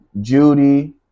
Judy